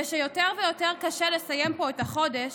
ושיותר ויותר קשה לסיים פה את החודש,